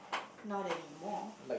not anymore